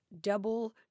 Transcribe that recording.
double